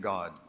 God